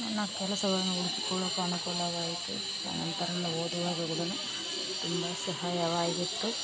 ನನ್ನ ಕೆಲಸಗಳನ್ನು ಹುಡ್ಕಿಕೊಳ್ಳೋಕು ಅನುಕೂಲವಾಯಿತು ನಂತರ ನಾನು ಓದುವಾಗ ಕೂಡನು ತುಂಬ ಸಹಾಯವಾಗಿತ್ತು